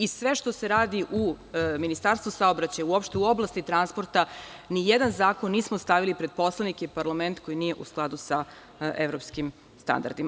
I sve što se radi u Ministarstvu saobraćaja, uopšte u oblasti transporta, nijedan zakon nismo stavili pred poslanike, pred parlament, koji nije u skladu sa evropskim standardima.